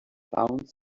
found